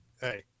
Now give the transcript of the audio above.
hey